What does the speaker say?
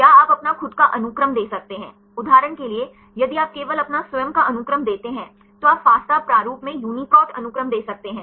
या आप अपना खुद का अनुक्रम दे सकते हैं उदाहरण के लिए यदि आप केवल अपना स्वयं का अनुक्रम देते हैं तो आप Fasta प्रारूप में UniProt अनुक्रम दे सकते हैं